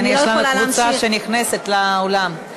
כן, יש לנו קבוצה שנכנסת לאולם.